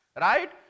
Right